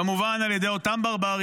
כמובן, על ידי אותם ברברים.